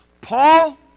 Paul